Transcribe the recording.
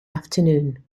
afternoon